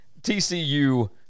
TCU